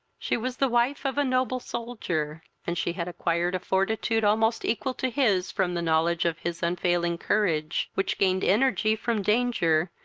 she was the wife of a noble soldier, and she had acquired a fortitude almost equal to his from the knowledge of his unfailing courage, which gained energy from danger,